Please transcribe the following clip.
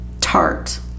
tart